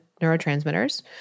neurotransmitters